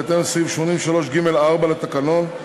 בהתאם לסעיף 83(ג)(4) לתקנון,